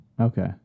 Okay